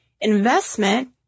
investment